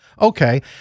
Okay